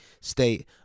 state